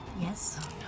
Yes